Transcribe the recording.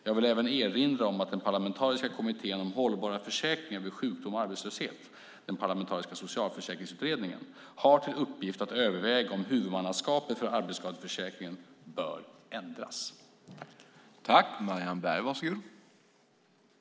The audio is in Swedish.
Jag vill även erinra om att den parlamentariska Kommittén om hållbara försäkringar vid sjukdom och arbetslöshet, den parlamentariska Socialförsäkringsutredningen, har till uppgift att överväga om huvudmannaskapet för arbetsskadeförsäkringen bör ändras. Då Wiwi-Anne Johansson, som framställt interpellationen, anmält att hon var förhindrad att närvara vid sammanträdet medgav andre vice talmannen att Marianne Berg i stället fick delta i överläggningen.